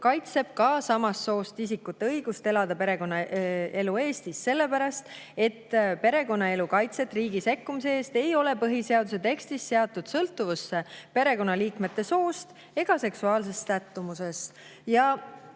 kaitsevad ka samast soost isikute õigust elada perekonnaelu Eestis, sest perekonnaelu kaitset riigi sekkumise eest ei ole põhiseaduse tekstis seatud sõltuvusse perekonnaliikmete soost ega seksuaalsest sättumusest